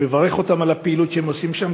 אני מברך אותם על הפעילות שהם עושים שם,